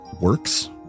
works